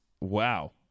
Wow